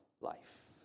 life